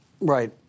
Right